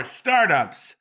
startups